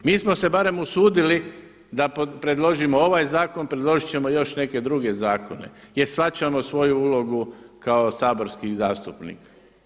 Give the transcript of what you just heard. Mi smo se barem usudili da predložimo ovaj zakon, predložiti ćemo i još neke druge zakone jer shvaćamo svoju ulogu kao saborskih zastupnika.